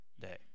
day